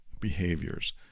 behaviors